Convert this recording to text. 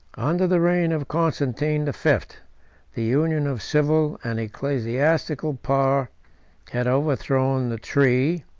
under the reign of constantine the fifth the union of civil and ecclesiastical power had overthrown the tree,